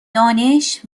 دانش